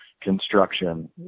construction